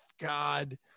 God